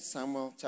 Samuel